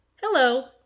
hello